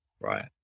right